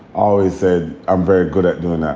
always said, i'm very good at doing that.